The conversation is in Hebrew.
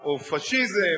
או "פאשיזם",